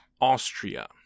Austria